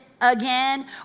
again